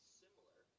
similar